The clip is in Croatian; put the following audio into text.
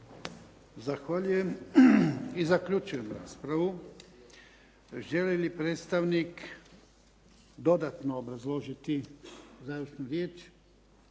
Zahvaljujem. I zaključujem raspravu. Želi li predstavnik dodatno obrazložiti, završnu riječ?